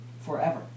Forever